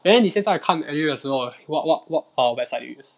then 你现在看 anime 的时候 what what what err website you use